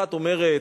אחת אומרת: